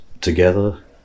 together